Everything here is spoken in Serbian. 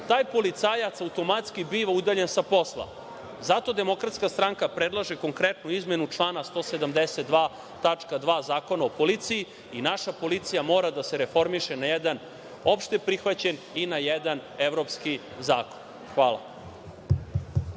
taj policajac automatski biva udaljen sa posla. Zato DS predlaže konkretnu izmenu člana 172. tačka 2) Zakona o policiji i naša policija mora da se reformiše na jedan opšteprihvaćen i na jedan evropski zakon. Hvala.